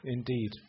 Indeed